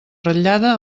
ratllada